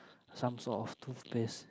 some sort of toothpaste